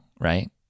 right